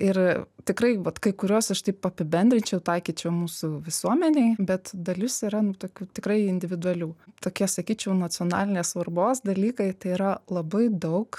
ir tikrai vat kai kuriuos aš taip apibendrinčiau taikyčiau mūsų visuomenei bet dalis yra nu tokių tikrai individualių tokie sakyčiau nacionalinės svarbos dalykai tai yra labai daug